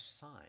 sign